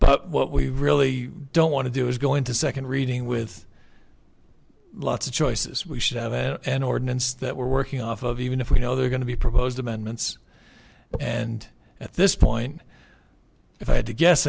but what we really don't want to do is go into second reading with lots of choices we should have an ordinance that we're working off of even if we know there are going to be proposed amendments and at this point if i had to guess